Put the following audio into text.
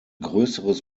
größeres